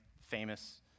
famous